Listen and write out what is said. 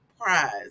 prize